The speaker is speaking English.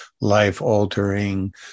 life-altering